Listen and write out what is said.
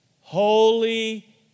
Holy